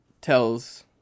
tells